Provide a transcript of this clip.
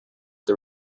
the